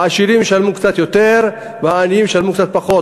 העשירים ישלמו קצת יותר והעניים ישלמו קצת פחות,